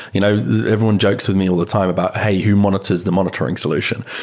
you know everyone jokes with me all the time about, hey! who monitors the monitoring solution?